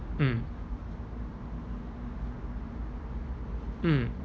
mm mm